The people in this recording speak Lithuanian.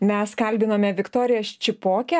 mes kalbinome viktoriją ščipokę